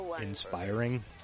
inspiring